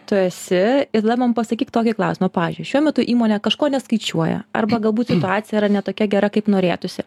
tu esi ir tada man pasakyk tokį klausimą pavyzdžiui šiuo metu įmonė kažko neskaičiuoja arba galbūt situacija yra ne tokia gera kaip norėtųsi